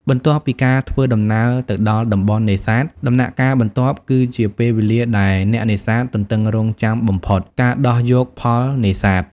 បន្ទាប់ពីការធ្វើដំណើរទៅដល់តំបន់នេសាទ ដំណាក់កាលបន្ទាប់គឺជាពេលវេលាដែលអ្នកនេសាទទន្ទឹងរង់ចាំបំផុត ការដោះយកផលនេសាទ។